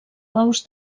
bous